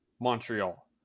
Montreal